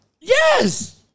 Yes